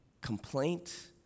complaint